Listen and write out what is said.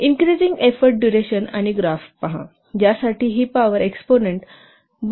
increasing effort duration आणि graph पहा ज्यासाठी ही पॉवर एक्सपोनंन्ट हा 1 0